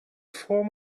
form